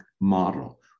model